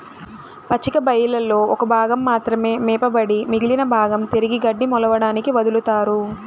పచ్చిక బయళ్లలో ఒక భాగం మాత్రమే మేపబడి మిగిలిన భాగం తిరిగి గడ్డి మొలవడానికి వదులుతారు